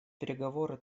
переговоры